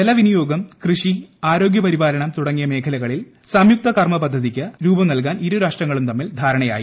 ജല വിനിയോഗം കൃഷി ആരോഗൃ പരിപാലനം തുടങ്ങിയ മേഖലകളിൽ സംയുക്ത കർമ്മ പദ്ധതിക്ക് രൂപം നൽകാൻ ഇരു രാഷ്ട്രങ്ങളും തമ്മിൽ ധാരണയായി